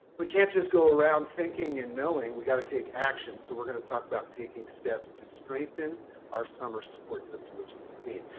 we can't just go around thinking and knowing we've got to take action. so we're gonna talk about taking steps to strengthen our summer support system, which is the theme.